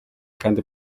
kandi